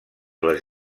les